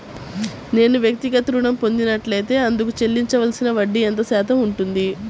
నేను వ్యక్తిగత ఋణం పొందినట్లైతే అందుకు చెల్లించవలసిన వడ్డీ ఎంత శాతం ఉంటుంది?